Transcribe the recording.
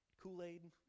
Kool-Aid